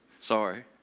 Sorry